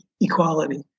equality